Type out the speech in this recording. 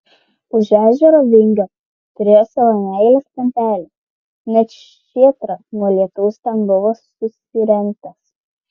už ežero vingio turėjo savo meilės kampelį net šėtrą nuo lietaus ten buvo susirentęs